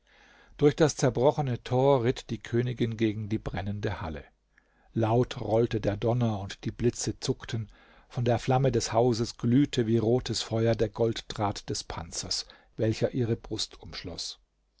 durch das zerbrochene tor ritt die königin gegen die brennende halle laut rollte der donner und die blitze zuckten von der flamme des hauses glühte wie rotes feuer der golddraht des panzers welcher ihre brust